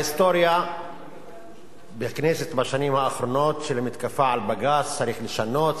ההיסטוריה בכנסת בשנים האחרונות של המתקפה על בג"ץ: צריך לשנות,